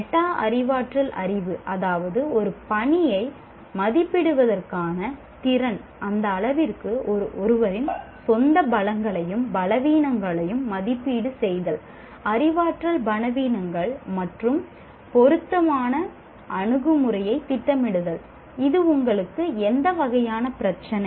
meta அறிவாற்றல் அறிவு அதாவது ஒரு பணியை மதிப்பிடுவதற்கான திறன் அந்த அளவிற்கு ஒருவரின் சொந்த பலங்களையும் பலவீனங்களையும் மதிப்பீடு செய்தல் அறிவாற்றல் பலவீனங்கள் மற்றும் பொருத்தமான அணுகுமுறையைத் திட்டமிடுதல் "இது உங்களுக்கு எந்த வகையான பிரச்சனை